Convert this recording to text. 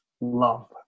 love